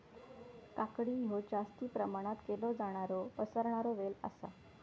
काकडी हयो जास्ती प्रमाणात केलो जाणारो पसरणारो वेल आसा